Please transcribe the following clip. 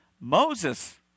Moses